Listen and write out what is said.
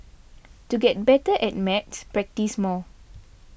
to get better at maths practise more